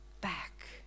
back